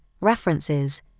references